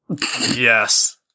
Yes